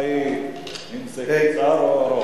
השאלה היא אם זה קצר או ארוך.